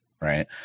right